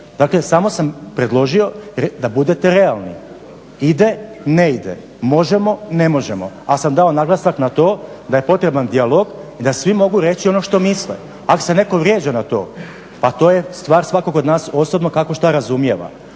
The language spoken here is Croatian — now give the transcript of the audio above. Dakle, samo sam predložio da budete realni. Ide, ne ide, možemo, ne možemo. Ali sam dao naglasak na to da je potreban dijalog i da svi mogu reći ono što misle. Ako se netko vrijeđa na to, pa to je stvar svakog od nas osobno, kako što razumije.